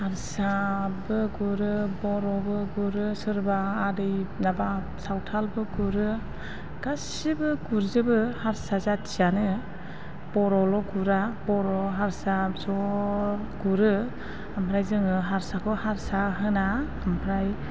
हारसाबो गुरो बर'बो गुरो सोरबा आदै माबा सावथालबो गुरो गासैबो गुरजोबो हारसा जाथियानो बर'ल' गुरा बर' हारसा ज' गुरो ओमफ्राय जोङो हारसाखौ हारसा होना ओमफ्राय